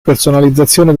personalizzazione